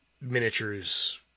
miniatures